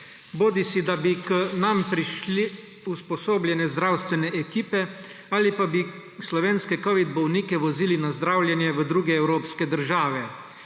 bodisi da bi k nam prišle usposobljene zdravstvene ekipe bodisi pa bi slovenske covidne bolnike vozili na zdravljenje v druge evropske države.